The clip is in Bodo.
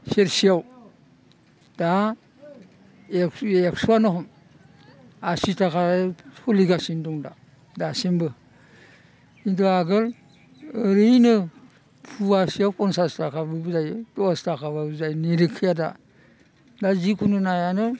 सेरसेयाव दा एकस'आनो हम आसि ताका सोलिगासिनो दं दासिमबो किन्तु आगोल ओरैनो पवासेयाव पन्सास ताकाबाबो जायो दस ताकाबाबो जायोमोन दा दा जिकुनु नायानो